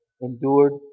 endured